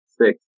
six